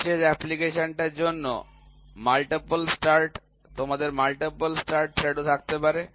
বিশেষ অ্যাপ্লিকেশনটির জন্য মাল্টিপল স্টার্ট তোমাদের মাল্টিপল স্টার্ট থ্রেড ও থাকতে পারে